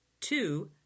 two